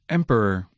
Emperor